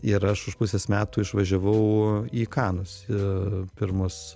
ir aš už pusės metų išvažiavau į kanus pirmus